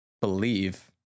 believe